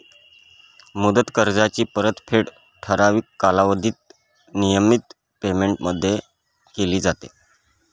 मुदत कर्जाची परतफेड ठराविक कालावधीत नियमित पेमेंटमध्ये केली जाते